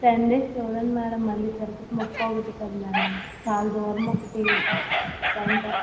ten days చూడండి madam మళ్ళీ తిరుపతి మొక్కొకటి కదా మ్యాడం చాలా దూరం ఒకటి టైం పడుతుంది